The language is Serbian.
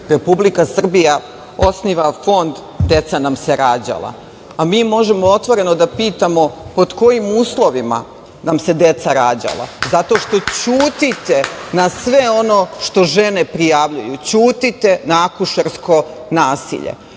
Republika Srbija osniva fond „Deca nam se rađala“.Mi možemo otvoreno da pitamo, pod kojim uslovima nam se deca rađala? Zato što ćutite na sve ono što žene prijavljuju, ćutite na akušersko nasilje.